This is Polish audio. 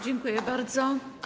Dziękuję bardzo.